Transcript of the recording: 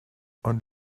und